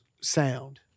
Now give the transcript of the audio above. sound